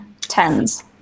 tens